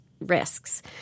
risks